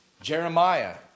Jeremiah